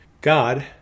God